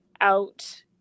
out